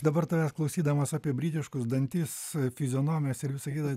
dabar tavęs klausydamas apie britiškus dantis fizionomijas ir visa kita